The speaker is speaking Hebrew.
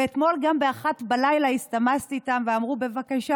ואתמול גם ב-01:00 הסתמסתי איתם ואמרו: בבקשה